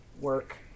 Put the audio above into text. work